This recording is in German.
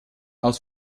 aus